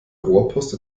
rohrpost